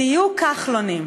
תהיו כחלונים.